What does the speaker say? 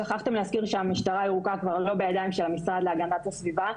שכחתם להזכיר שהמשטרה הירוקה כבר לא בידיים של המשרד להגנת הסביבה.